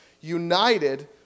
United